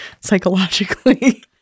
psychologically